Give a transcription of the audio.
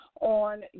on